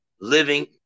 living